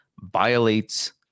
violates